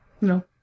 No